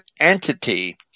entity